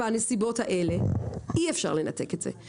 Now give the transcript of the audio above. בנסיבות האלה אי אפשר לנתק את זה.